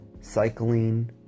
cycling